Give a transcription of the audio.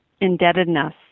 indebtedness